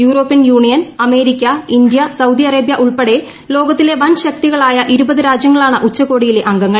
European union America India Saudi ഉൾപ്പെടെ ലോകത്തിലെ വൻ ശക്തികളായ അറേബ്യ ഇരുപത് രാജ്യങ്ങളാണ് ഉച്ചകോടിയിലെ അംഗങ്ങൾ